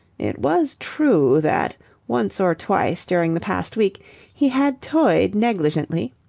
it was true that once or twice during the past week he had toyed negligently,